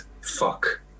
fuck